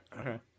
Okay